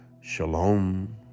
Shalom